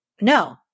no